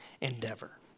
endeavor